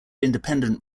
independent